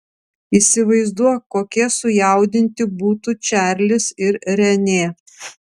įsivaizduok kokie sujaudinti būtų čarlis ir renė